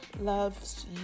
loves